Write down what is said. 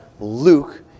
Luke